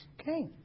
Okay